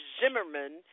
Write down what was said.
Zimmerman